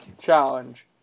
challenge